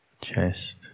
chest